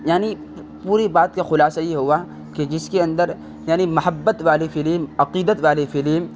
یعنی پوری بات کا خلاصہ یہ ہوا کہ جس کے اندر یعنی محبت والی فلم عقیدت والی فلم